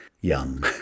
young